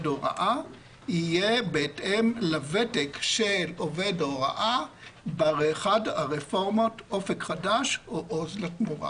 הוראה יהיה בהתאם לוותק של עובד ההוראה ברפורמת אופק חדש או עוז לתמורה.